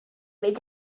mynd